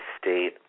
state